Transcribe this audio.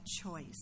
choice